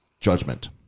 judgment